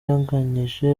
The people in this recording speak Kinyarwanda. yanganyije